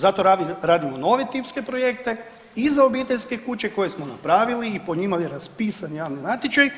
Zato radimo nove tipske projekte i za obiteljske objekte koje smo napravili i po njima je raspisan javni natječaj,